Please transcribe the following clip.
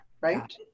right